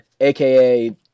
AKA